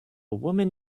woman